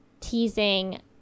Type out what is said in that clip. teasing